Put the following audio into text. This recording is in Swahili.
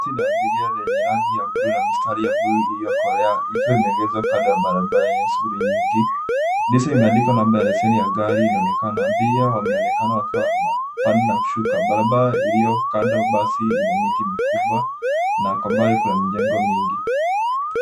Basi ya abiria yenye rangi ya buluu na mistari ya buluu iliyokolea ikiwa imeegezwa kando ya barabara yenye shughuli nyingi. Dirisha imeandikwa namba ya leseni ya gari inaonekana. Abiria wanaonekana wakiwa kando na kushuka. Barabara iliyo kando basi ina miti mikubwa na kwa mbali kuna mijengo mingi.